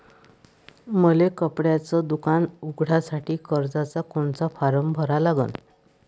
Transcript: मले कपड्याच दुकान उघडासाठी कर्जाचा कोनचा फारम भरा लागन?